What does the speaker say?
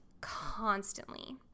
constantly